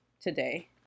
today